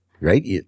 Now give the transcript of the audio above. right